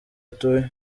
atuye